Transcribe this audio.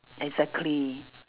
exactly